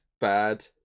bad